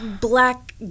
black